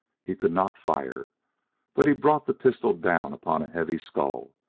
he could not fire but he brought the pistol down upon a heavy skull.